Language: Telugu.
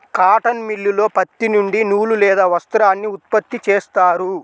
కాటన్ మిల్లులో పత్తి నుండి నూలు లేదా వస్త్రాన్ని ఉత్పత్తి చేస్తారు